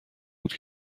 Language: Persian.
بود